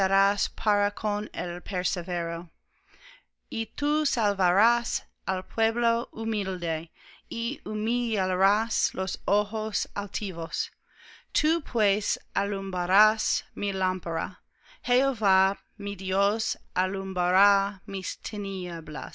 para con el perverso y tú salvarás al pueblo humilde y humillarás los ojos altivos tú pues alumbrarás mi lámpara jehová mi dios alumbrará mis